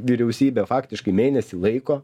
vyriausybę faktiškai mėnesį laiko